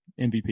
MVP